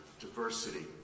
diversity